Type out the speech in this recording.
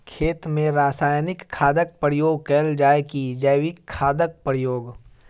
खेत मे रासायनिक खादक प्रयोग कैल जाय की जैविक खादक प्रयोग?